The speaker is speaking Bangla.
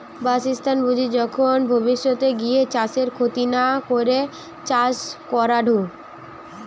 বাসস্থান বুঝি যখন ভব্যিষতের লিগে চাষের ক্ষতি না করে চাষ করাঢু